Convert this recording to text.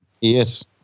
Yes